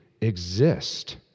exist